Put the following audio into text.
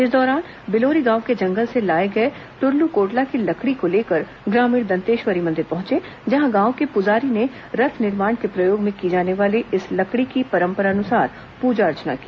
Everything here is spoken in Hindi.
इस दौरान बिलोरी गांव के जंगल से लाए गए दुरलू कोटला की लकड़ी को लेकर ग्रामीण दंतेश्वरी मंदिर पहुंचे जहां गांव के पुजारी ने रथ निर्माण में प्रयोग की जाने वाली इस लकड़ी की परंपरानुसार पूजा अर्चना की